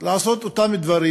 לעשות את אותם דברים,